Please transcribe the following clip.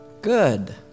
good